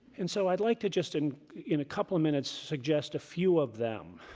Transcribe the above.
and so i'd like to just, in in a couple of minutes, suggest a few of them.